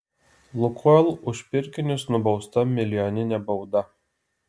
lukoil už pirkinius nubausta milijonine bauda